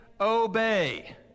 obey